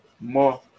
more